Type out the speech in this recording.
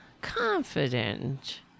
confident